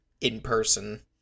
in-person